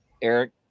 Eric